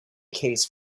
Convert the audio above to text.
case